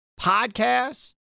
Podcasts